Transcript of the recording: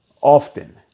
Often